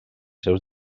seus